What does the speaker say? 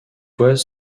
was